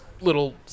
little